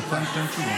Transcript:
אתה רוצה תשובה.